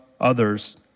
others